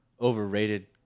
overrated